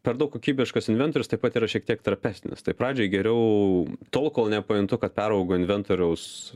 per daug kokybiškas inventorius taip pat yra šiek tiek trapesnis tai pradžioj geriau tol kol nepajuntu kad peraugo inventoriaus